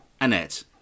Annette